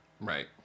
right